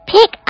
Pick